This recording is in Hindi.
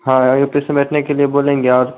हाँ ऑफिस में बैठने के लिए बोलेंगे और